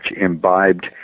imbibed